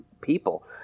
people